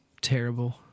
terrible